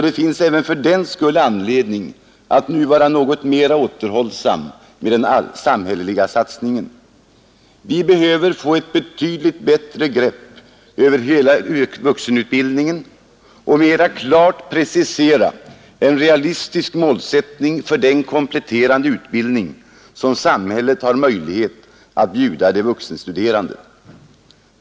Det finns alltså även fördenskull anledning att nu vara något mera återhållsam med den samhälleliga satsningen. Vi behöver få ett betydligt bättre grepp om hela vuxenutbildningen och mera klart precisera en realistisk målsättning för den kompletterande utbildning som samhället har möjlighet att bjuda de vuxenstuderande.